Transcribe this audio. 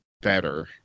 better